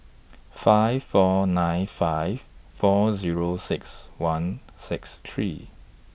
five four nine five four Zero six one six three